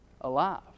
alive